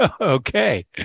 okay